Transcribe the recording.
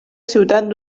ciutat